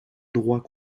droit